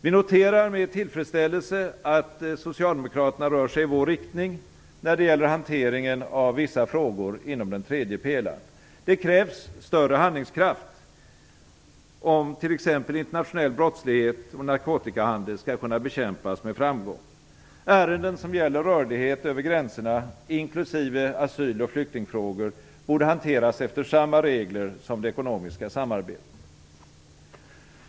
Vi noterar med tillfredsställelse att Socialdemokraterna rör sig i vår riktning när det gäller hanteringen av vissa frågor inom den tredje pelaren. Det krävs större handlingskraft om t.ex. internationell brottslighet och narkotikahandel skall kunna bekämpas med framgång. Ärenden som gäller rörlighet över gränserna, inklusive asyl och flyktingfrågor, borde hanteras efter samma regler som det ekonomiska samarbetet.